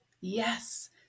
Yes